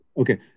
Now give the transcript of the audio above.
Okay